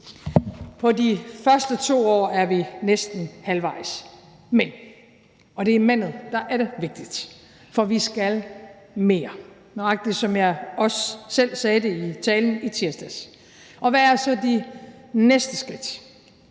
På de første 2 år er vi næsten halvvejs, men – og det er men'et, der er vigtigt – vi skal mere, nøjagtig som jeg også selv sagde det i talen i tirsdags. Og hvad er så de næste skridt?